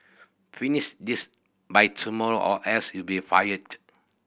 finish this by tomorrow or else you'll be fired